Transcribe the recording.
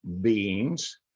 beings